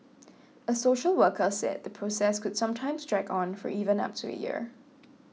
a social worker said the process could sometimes drag on for even up to a year